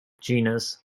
genus